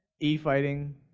e-fighting